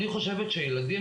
אני חושבת שילדים,